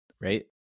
right